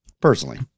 Personally